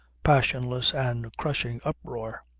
passionless and crushing uproar.